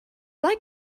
like